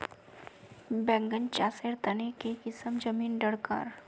बैगन चासेर तने की किसम जमीन डरकर?